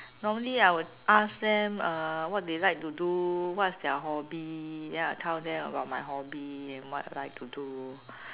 normally I would ask them uh what they like to do what's their hobby then I will tell them about my hobby what I like to do